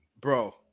Bro